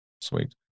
sweet